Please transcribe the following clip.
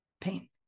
Pain